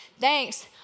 thanks